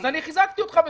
אז חיזקתי אותך בזה.